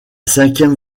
cinquième